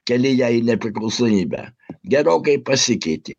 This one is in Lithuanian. kelyje į nepriklausomybę gerokai pasikeitė